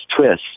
twist